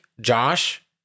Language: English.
Josh